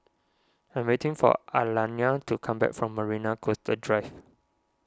I'm waiting for Alayna to come back from Marina Coastal Drive